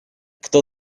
кто